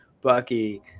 Bucky